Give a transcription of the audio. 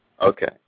Okay